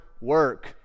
work